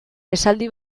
esaldi